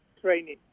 training